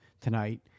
tonight